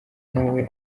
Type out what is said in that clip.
nawe